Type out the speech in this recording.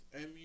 Mu